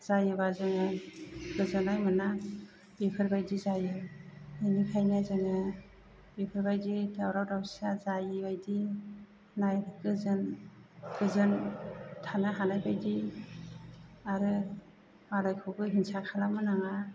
जायोबा जोङो गोजोन्नाय मोना बेफोर बायदि जायो बेनिखायनो जोङो बेफोरबायदि दावराव दावसिया जायै बायदि नाय गोजोन गोजोन थानो हानाय बायदि आरो मालायखौबो हिंसा खालामनो नाङा